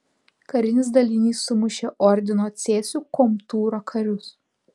karinis dalinys sumušė ordino cėsių komtūro karius